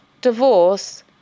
divorce